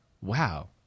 Wow